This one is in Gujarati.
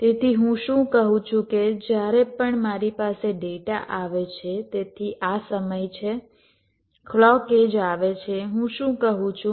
તેથી હું શું કહું છું કે જ્યારે પણ મારી પાસે ડેટા આવે છે તેથી આ સમય છે ક્લૉક એડ્જ આવે છે હું શું કહું છું